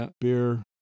beer